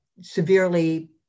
severely